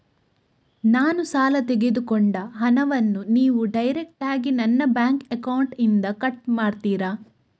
ನಾನು ಸಾಲ ತೆಗೆದುಕೊಂಡ ಹಣವನ್ನು ನೀವು ಡೈರೆಕ್ಟಾಗಿ ನನ್ನ ಬ್ಯಾಂಕ್ ಅಕೌಂಟ್ ಇಂದ ಕಟ್ ಮಾಡ್ತೀರಾ?